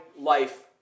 life